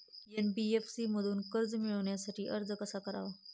NBFC मधून कर्ज मिळवण्यासाठी अर्ज कसा करावा?